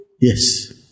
Yes